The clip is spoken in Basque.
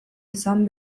izan